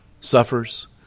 suffers